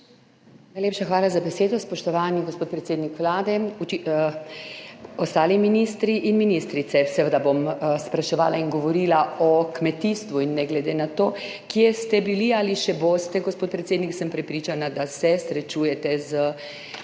Najlepša hvala za besedo. Spoštovani gospod predsednik Vlade, ostali ministri in ministrice! Seveda bom spraševala in govorila o kmetijstvu. In ne glede na to, kje ste bili ali še boste, gospod predsednik, sem prepričana, da se srečujete z delom